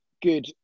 good